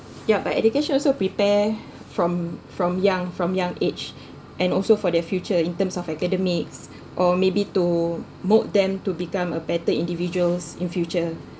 yup but education also prepare from from young from young age and also for their future in terms of academics or maybe to mould them to become a better individuals in future